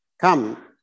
Come